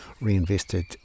reinvested